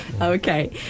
Okay